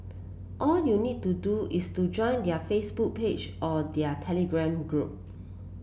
all you need to do is to join their Facebook page or their Telegram group